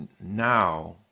now